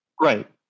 Right